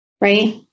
right